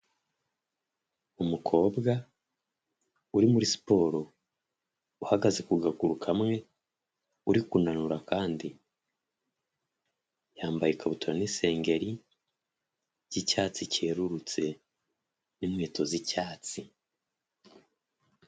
Umukobwa uri muri siporo uhagaze ku kaguru kamwe uri kunanura akandi yambaye ikabutura n'isengeri yvicyatsi cyerurutse n'inkweto z'icyatsi.